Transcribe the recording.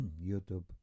YouTube